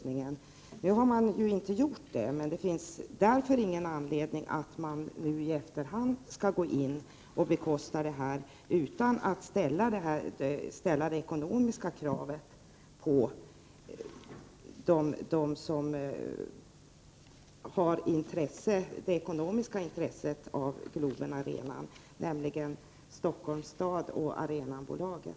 Nu har man inte gjort det, men det finns därför ingen anledning att i efterhand bekosta utrustningen utan att ställa ekonomiska krav på dem som har ekonomiska intressen i Globen Arena, nämligen Stockholms stad och Arenabolaget.